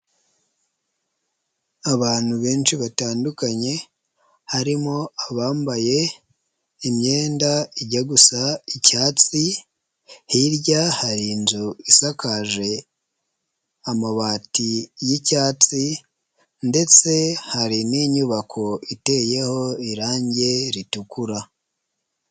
Abantu benshi batandukanye harimo abambaye imyenda ijya gusa icyatsi, hirya hari inzu isakaje amabati y'icyatsi ndetse hari n'inyubako iteyeho irange ritukura.